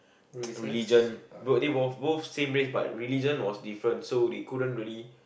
religion they were both same race but religion was different so they couldn't really